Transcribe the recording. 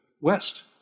west